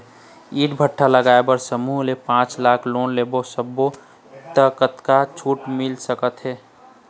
ईंट भट्ठा लगाए बर समूह ले पांच लाख लाख़ लोन ले सब्बो ता कतक छूट मिल सका थे?